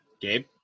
Gabe